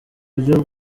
buryo